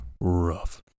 rough